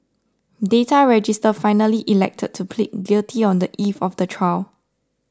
data register finally elected to plead guilty on the eve of the trial